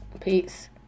Peace